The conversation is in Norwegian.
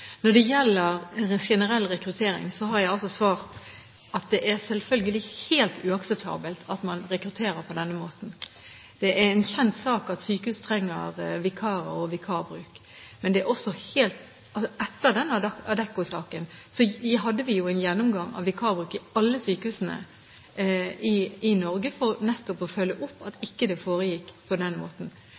Når det gjelder rekruttering generelt, har jeg altså svart at det selvfølgelig er helt uakseptabelt at man rekrutterer på denne måten. Det er en kjent sak at sykehus trenger vikarer. Etter Adecco-saken hadde vi en gjennomgang av vikarbruk i alle sykehusene i Norge, nettopp for å se til at det ikke foregikk på denne måten.